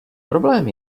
problém